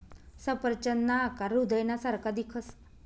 सफरचंदना आकार हृदयना सारखा दिखस